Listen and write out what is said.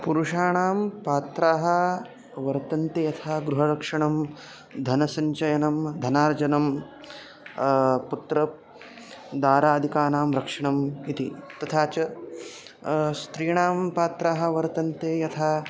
पुरुषाणां पात्राः वर्तन्ते यथा गृहरक्षणं धनसञ्चयनं धनार्जनं पुत्र दारादिकानां रक्षणम् इति तथा च स्त्रीणां पात्राः वर्तन्ते यथा